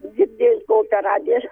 vis dėlto per radiją